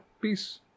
peace